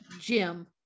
Jim